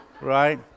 right